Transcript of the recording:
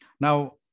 Now